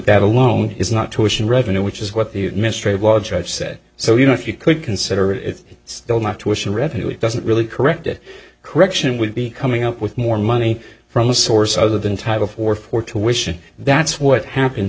that alone is not tuition revenue which is what the administrative law judge said so you know if you could consider it still not jewish and revenue it doesn't really correct a correction would be coming up with more money from a source other than title four for tuition that's what happen